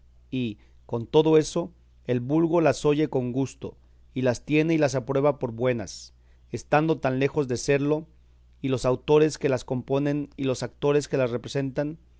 y con todo eso el vulgo las oye con gusto y las tiene y las aprueba por buenas estando tan lejos de serlo y los autores que las componen y los actores que las representan